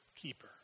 keeper